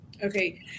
Okay